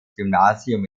gymnasium